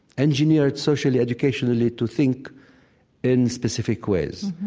engineered socially, educationally, to think in specific ways,